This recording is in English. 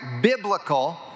biblical